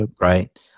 right